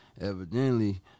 evidently